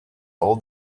all